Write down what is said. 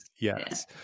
Yes